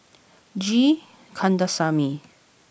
G Kandasamy